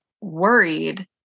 worried